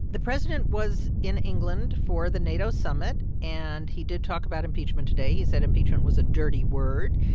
the president was in england for the nato summit. and he did talk about impeachment today. he said impeachment was a dirty word.